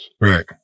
Right